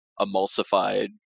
emulsified